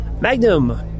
Magnum